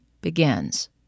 begins